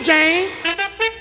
James